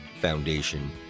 Foundation